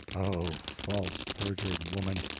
oh, false, perjured woman,